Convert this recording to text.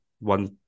one